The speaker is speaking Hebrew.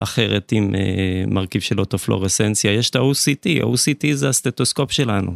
אחרת עם מרכיב של אוטופלורסנסיה, יש את ה-OCT, זה הסטטוסקופ שלנו.